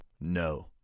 no